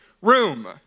room